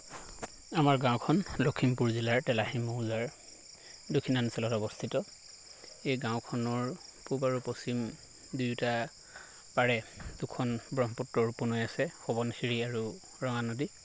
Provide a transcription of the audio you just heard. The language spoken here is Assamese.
আমাৰ গাঁওখন লখিমপুৰ জিলাৰ তেলাহী মৌজাৰ দক্ষিণাঞ্চলত অৱস্থিত এই গাঁওখনৰ পূব আৰু পশ্চিম দুয়োটা পাৰে দুখন ব্ৰহ্মপুত্ৰৰ উপনৈ আছে সোৱনশিৰি আৰু ৰঙানদী